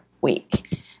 week